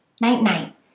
night-night